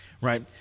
Right